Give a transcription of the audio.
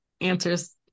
answers